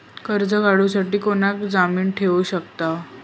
कर्ज काढूसाठी कोणाक जामीन ठेवू शकतव?